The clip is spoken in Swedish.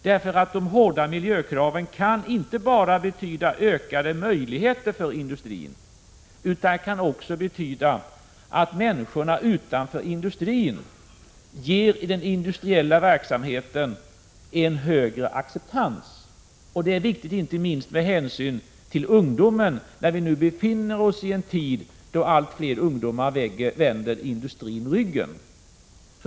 Sådana krav kan betyda inte bara ökade möjligheter för industrin, utan också att det skapas en ökad acceptans för industriell verksamhet hos människorna utanför industrin. Det är viktigt, inte minst med tanke på ungdomen. Vi befinner oss i en tid då allt fler ungdomar vänder industrin ryggen.